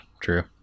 true